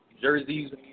jerseys